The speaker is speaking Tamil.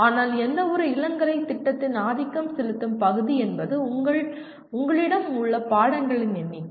ஆனால் எந்தவொரு இளங்கலை திட்டத்தின் ஆதிக்கம் செலுத்தும் பகுதி என்பது உங்களிடம் உள்ள பாடங்களின் எண்ணிக்கை